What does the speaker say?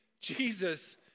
Jesus